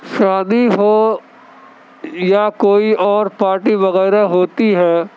شادی ہو یا کوئی اور پارٹی وغیرہ ہوتی ہے